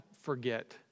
forget